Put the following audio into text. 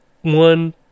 one